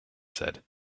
said